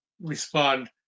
respond